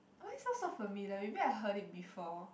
why it sound so familiar maybe I heard it before